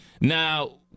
Now